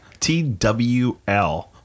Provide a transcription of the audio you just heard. twl